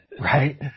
Right